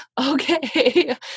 okay